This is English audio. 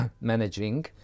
managing